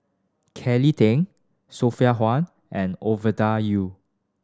Kelly Tang Sophia Hull and Ovida Yu